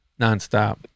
nonstop